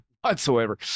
whatsoever